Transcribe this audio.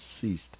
ceased